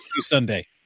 Sunday